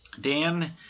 Dan